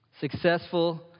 Successful